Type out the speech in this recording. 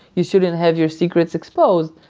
you shouldn't have your secrets exposed,